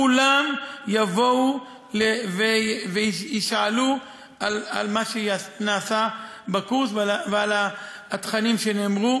כולם יבואו ויישאלו על מה שנעשה בקורס ועל התכנים שנאמרו,